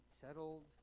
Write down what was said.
settled